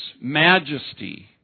majesty